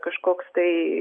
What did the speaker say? kažkoks tai